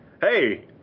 hey